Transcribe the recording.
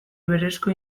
berezko